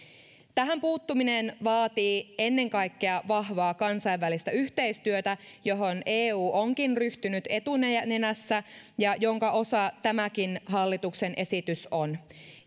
tähän puuttuminen vaatii ennen kaikkea vahvaa kansainvälistä yhteistyötä johon eu onkin ryhtynyt etunenässä ja jonka osa tämäkin hallituksen esitys on